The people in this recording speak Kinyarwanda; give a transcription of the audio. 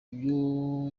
ibyo